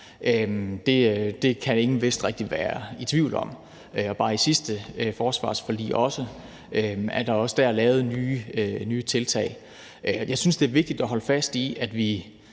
kan ingen vist rigtig være i tvivl om, og bare i sidste forsvarsforlig er der også lavet nye tiltag. Jeg synes, det er vigtigt at holde fast i,